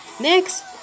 Next